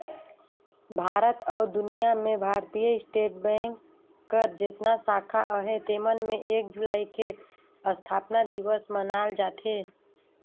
भारत अउ दुनियां में भारतीय स्टेट बेंक कर जेतना साखा अहे तेमन में एक जुलाई के असथापना दिवस मनाल जाथे